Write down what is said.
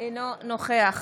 אינו נוכח